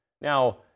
Now